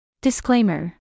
Disclaimer